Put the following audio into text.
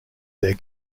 their